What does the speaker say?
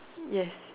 yes